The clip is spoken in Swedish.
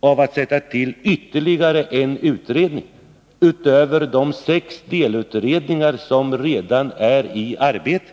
av att sätta till ytterligare en utredning utöver de sex delutredningar som redan är i arbete.